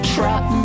Trap